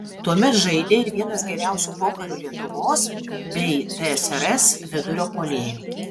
tuomet žaidė ir vienas geriausių pokario lietuvos bei tsrs vidurio puolėjų